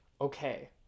okay